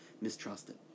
mistrusted